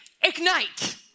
Ignite